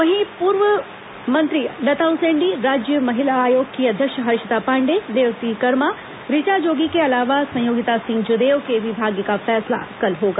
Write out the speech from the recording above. वहीं पूर्व मंत्री लता उसेंडी राज्य महिला आयोग की अध्यक्ष हर्षिता पांडेय देवती कर्मा ऋचा जोगी के अलावा संयोगिता सिंह जूदेव के भी भाग्य का फैसला कल होगा